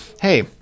Hey